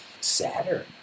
Saturn